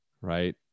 Right